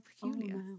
peculiar